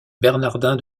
bernardin